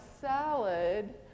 salad